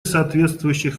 соответствующих